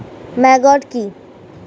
Maggot কি?